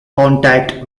contact